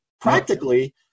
practically